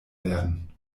werden